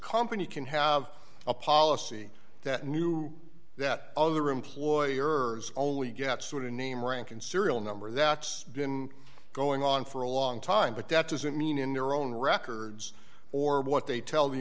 company can have a policy that new that other employers only get sort of name rank and serial number that's been going on for a long time but that doesn't mean in their own records or what they tell the